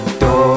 door